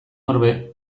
orbe